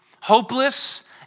hopeless